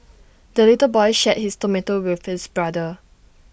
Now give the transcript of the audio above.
the little boy shared his tomato with his brother